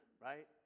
right